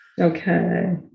Okay